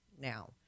now